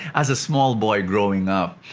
as a small boy growing up,